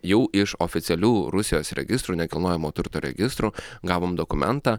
jau iš oficialių rusijos registrų nekilnojamo turto registrų gavom dokumentą